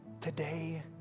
today